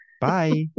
Bye